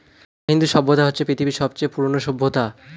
হিন্দু সভ্যতা হচ্ছে পৃথিবীর সবচেয়ে পুরোনো সভ্যতা